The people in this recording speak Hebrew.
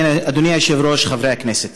אדוני היושב-ראש, חברי הכנסת,